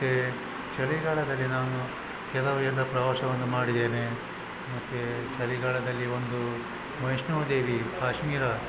ಮತ್ತು ಚಳಿಗಾಲದಲ್ಲಿ ನಾವು ಕೆಲವೆಲ್ಲ ಪ್ರವಾಸವನ್ನು ಮಾಡಿದ್ದೇನೆ ಮತ್ತೆ ಚಳಿಗಾಲದಲ್ಲಿ ಒಂದು ವೈಷ್ಣೋ ದೇವಿ ಕಾಶ್ಮೀರ